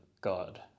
God